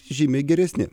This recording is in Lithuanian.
žymiai geresni